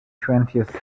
twentieth